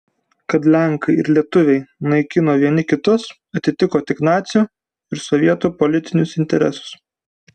kad lenkai ir lietuviai naikino vieni kitus atitiko tik nacių ir sovietų politinius interesus